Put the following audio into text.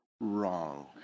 wrong